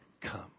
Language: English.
come